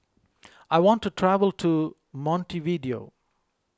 I want to travel to Montevideo